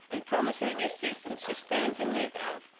and promised her the assistance she stands in need of,